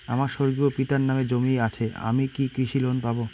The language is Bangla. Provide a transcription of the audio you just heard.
আমার স্বর্গীয় পিতার নামে জমি আছে আমি কি কৃষি লোন পাব?